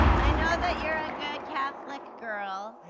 i know that you're a good catholic girl,